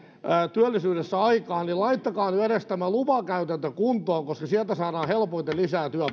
työllisyydessä aikaan niin laittakaa nyt edes tämä lupakäytäntö kuntoon koska sieltä saadaan helpoimmin lisää